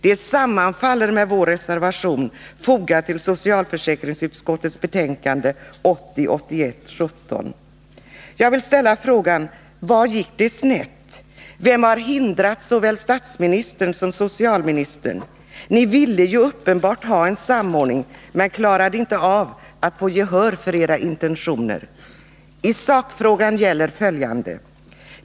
Det sammanfaller med vår reservation, fogad till socialförsäkringsutskottets betänkande 1980/81:17. Jag vill fråga: Var gick det snett? Vem har hindrat såväl statsministern som socialministern? Ni ville ju uppenbarligen ha en samordning men klarade inte av att få gehör för era intentioner. I sakfrågan gäller följande.